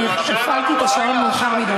אני הפעלתי את השעון מאוחר מדי,